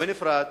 בנפרד,